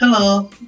Hello